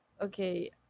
Okay